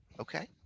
Okay